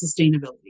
sustainability